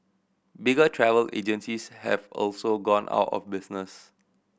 bigger travel agencies have also gone out of business